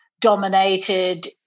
dominated